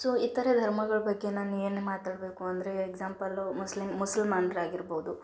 so ಈ ಥರ ಧರ್ಮಗಳ ಬಗ್ಗೆ ನಾನು ಏನು ಮಾತಾಡಬೇಕು ಅಂದರೆ ಎಕ್ಸಾಂಪಲು ಮುಸ್ಲಿಮ್ ಮುಸಲ್ಮಾನರಾಗಿರ್ಬೋದು